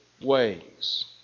ways